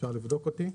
אפשר לבדוק אותי.